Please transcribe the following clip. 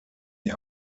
die